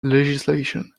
legislation